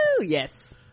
yes